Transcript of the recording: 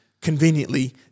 conveniently